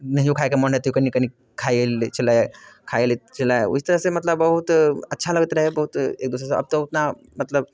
नहिओ खाइके मोन अइ तैओ कने कने खाइए लै छलै खाइए लैत छलैए ओहि तरहसँ मतलब बहुत अच्छा लगैत रहै बहुत एक दोसरसँ आब तऽ ओतना मतलब